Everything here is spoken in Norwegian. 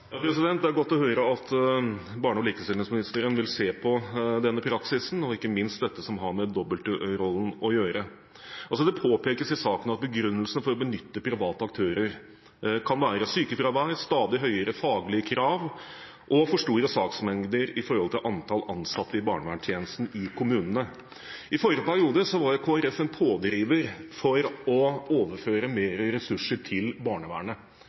Det er godt å høre at barne-, likestillings- og inkluderingsministeren vil se på denne praksisen, og ikke minst det som har med dobbeltrollen å gjøre. Det påpekes i saken at begrunnelsen for å benytte private aktører kan være sykefravær, stadig høyere faglige krav og for store saksmengder i forhold til antall ansatte i barneverntjenesten i kommunene. I forrige periode var Kristelig Folkeparti en pådriver for å overføre mer ressurser til barnevernet.